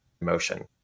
motion